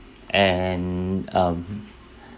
and um